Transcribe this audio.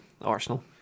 Arsenal